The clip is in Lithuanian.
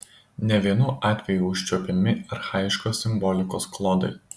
ne vienu atveju užčiuopiami archaiškos simbolikos klodai